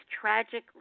tragic